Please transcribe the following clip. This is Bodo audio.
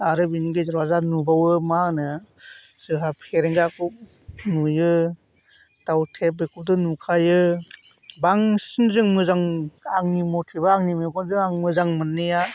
आरो बिनि गेजेराव जों नुबावो आर मा होनो जोहा फेरेंगाखौ नुयो दाउथेब बेखौथ' नुखायो बांसिन जों मोजां आंनि मथेब्ला मेगनजों आं मोजां मोननाया